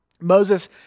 Moses